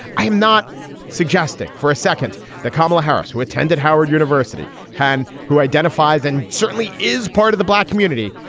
i am not suggesting for a second that kamala harris, who attended howard university han, who identifies and certainly is part of the black community,